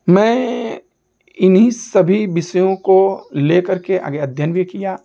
मैं इन्हीं सभी विषयों को लेकर के आगे अध्ययन भी किया